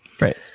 Right